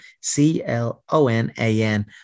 C-L-O-N-A-N